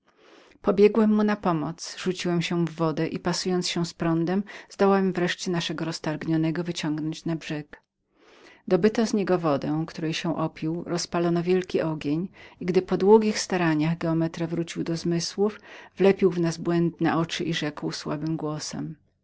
mu na pomoc rzuciłem się w wodę i pasując się z prądem zdołałem wreszcie naszego roztargnionego wyciągnąć na brzeg dobyto z niego wodę której się opił rozpalono wielki ogień i gdy po długich staraniach geometra wrócił do zmysłów wlepił w nas błędne oczy i rzekł słabym głosem